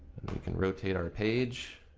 we can rotate our page